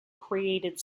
created